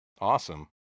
Awesome